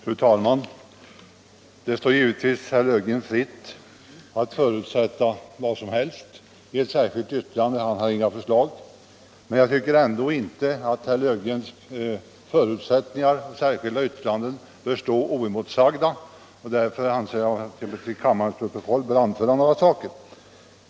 Fru talman! Det står givetvis herr Löfgren fritt att förutsätta vad som helst i ett särskilt yttrande — han har ju inga förslag. Men jag tycker ändå inte att herr Löfgrens förutsättningar i särskilda yttranden skall stå oemotsagda, och därför anser jag att jag till kammarens protokoll bör anföra några synpunkter.